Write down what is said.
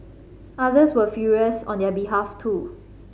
others were furious on their behalf too